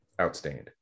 Outstanding